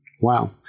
Wow